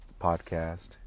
podcast